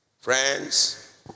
Friends